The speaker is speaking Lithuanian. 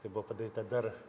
tai buvo padaryta dar